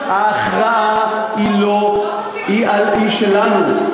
ההכרעה היא שלנו.